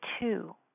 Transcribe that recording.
two